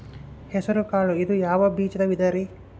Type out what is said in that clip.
ಹೆಸರುಕಾಳು ಇದು ಯಾವ ಬೇಜದ ವಿಧರಿ?